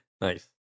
Nice